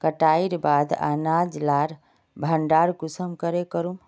कटाईर बाद अनाज लार भण्डार कुंसम करे करूम?